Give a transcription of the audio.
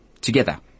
together